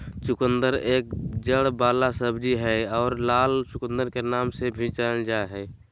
चुकंदर एक जड़ वाला सब्जी हय आर लाल चुकंदर के नाम से भी जानल जा हय